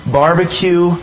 barbecue